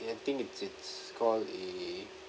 think it's it's called a